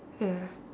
ya